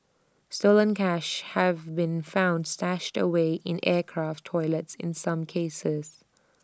stolen cash have been found stashed away in aircraft toilets in some cases